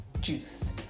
juice